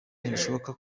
ntibishoboka